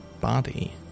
body